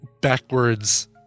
backwards